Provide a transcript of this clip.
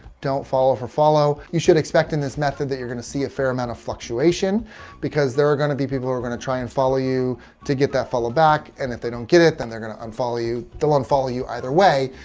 don't follow for follow. you should expect in this method that you're going to see a fair amount of fluctuation because there are going to be people who are going to try and follow you to get that follow back and if they don't get it then they're going to unfollow you. they'll unfollow you either way.